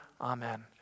Amen